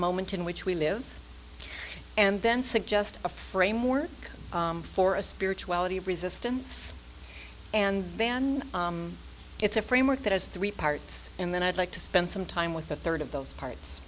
moment in which we live and then suggest a framework for a spirituality of resistance and then it's a framework that has three parts and then i'd like to spend some time with a third of those parts